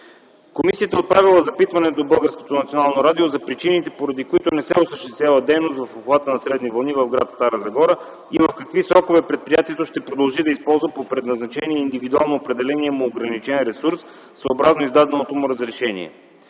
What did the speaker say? до Българското национално радио за причините, поради които не се осъществява дейност в обхвата на средни вълни в гр. Стара Загора, и в какви срокове предприятието ще продължи да използва по предназначение индивидуално определения му ограничен ресурс съобразно издаденото му разрешение.